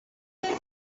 get